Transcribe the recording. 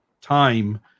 time